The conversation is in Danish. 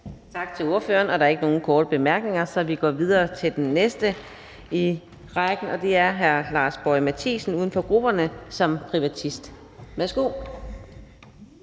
Tak til ordføreren. Der er ikke nogen korte bemærkninger, så vi går videre til den næste i rækken, og det er hr. Lars Boje Mathiesen, uden for grupperne, som privatist. Værsgo.